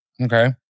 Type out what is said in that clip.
Okay